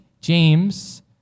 James